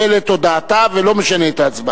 שנייה ושלישית.